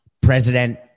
president